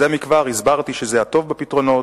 זה מכבר הסברתי שזה הטוב בפתרונות,